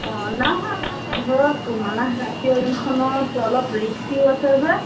অঁ নাই ধৰক মানাহ ৰাষ্ট্ৰীয় উদ্য়ানখনত অলপ ৰিক্সিও আছে যে